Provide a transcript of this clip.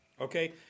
Okay